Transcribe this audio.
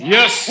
Yes